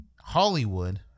Hollywood